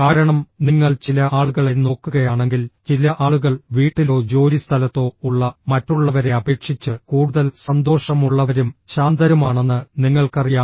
കാരണം നിങ്ങൾ ചില ആളുകളെ നോക്കുകയാണെങ്കിൽ ചില ആളുകൾ വീട്ടിലോ ജോലിസ്ഥലത്തോ ഉള്ള മറ്റുള്ളവരെ അപേക്ഷിച്ച് കൂടുതൽ സന്തോഷമുള്ളവരും ശാന്തരുമാണെന്ന് നിങ്ങൾക്കറിയാം